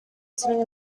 sitting